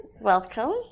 Welcome